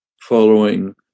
following